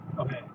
Okay